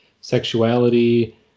Sexuality